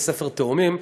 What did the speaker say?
בבתי-ספר תאומים.